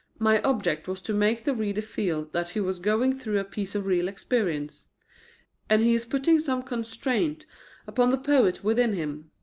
my object was to make the reader feel that he was going through a piece of real experience and he is putting some constraint upon the poet within him.